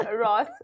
Ross